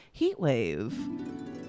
Heatwave